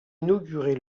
inaugurée